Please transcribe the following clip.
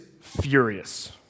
furious